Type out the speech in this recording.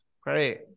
great